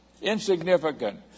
Insignificant